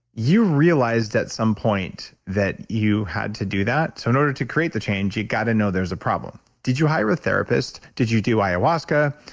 you realized at some point that you had to do that. so in order to create the change, you got to know there's a problem. did you hire a therapist? did you do ayahuasca?